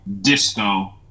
disco